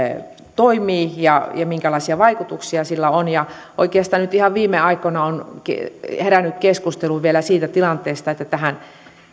toimii ja minkälaisia vaikutuksia sillä on oikeastaan nyt ihan viime aikoina on herännyt keskustelu vielä siitä tilanteesta että tähän